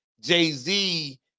Jay-Z